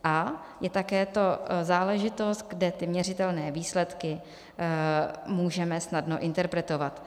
A je to také záležitost, kde měřitelné výsledky můžeme snadno interpretovat.